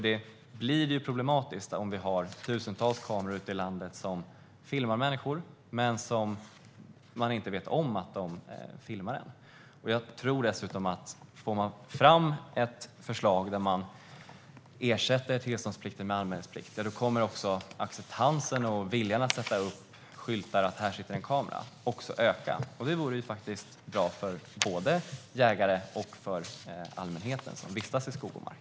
Det blir nämligen problematiskt om vi har tusentals kameror ute i landet som filmar människor som inte vet att de blir filmade. Jag tror dessutom att om man får fram ett förslag som innebär att man ersätter tillståndsplikten med en anmälningsplikt kommer också acceptansen och viljan att sätta upp skyltar om att det finns kameror uppsatta att öka. Det vore faktiskt bra för både jägare och allmänheten som vistas i skog och mark.